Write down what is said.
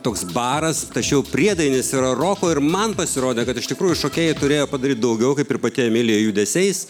toks baras tačiau priedainis yra roko ir man pasirodė kad iš tikrųjų šokėjai turėjo padaryt daugiau kaip ir pati emilija judesiais